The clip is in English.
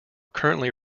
currently